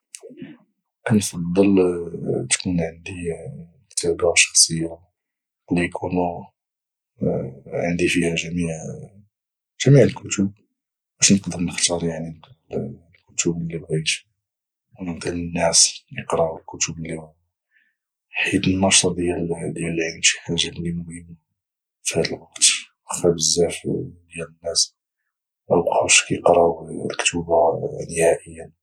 كنفضل تكون عندي مكتبة شخصية اللي يكونو عندي فيها جميع الكتب باش نقدر نختار يعني نقرا الكتب اللي بغيت او نعطي للناس اقراو الكتب اللي بغاو حيت النشر ديال العلم شي حاجة اللي مهمة فهاد الوقت وخا بزاف ديال الناس مبقاوش كقراو الكتوبا نهائيا